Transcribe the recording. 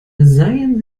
seien